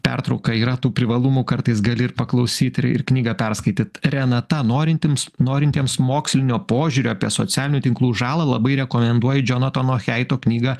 pertrauką yra tų privalumų kartais gali ir paklausyt ir ir knygą perskaityt renata norintims norintiems mokslinio požiūrio apie socialinių tinklų žalą labai rekomenduoju džonatano heito knygą